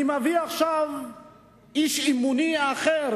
אני מביא עכשיו את איש אמוני האחר.